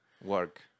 work